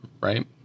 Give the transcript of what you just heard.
right